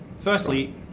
Firstly